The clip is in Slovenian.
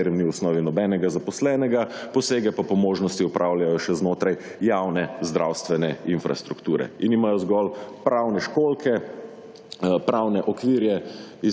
katerem ni v osnovi nobenega zaposlenega, posege pa po možnosti opravljajo še znotraj javne zdravstvene infrastrukture in imajo zgolj pravne školjke, pravne okvirje,